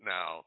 Now